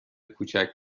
کوچک